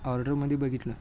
ऑर्डरमध्ये बघितलं